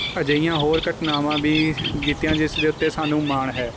ਅਜਿਹੀਆਂ ਹੋਰ ਘਟਨਾਵਾਂ ਵੀ ਦਿੱਤੀਆਂ ਜਿਸ ਦੇ ਉੱਤੇ ਸਾਨੂੰ ਮਾਣ ਹੈ